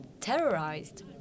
terrorized